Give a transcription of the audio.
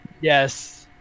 Yes